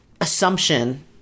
assumption